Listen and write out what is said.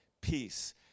peace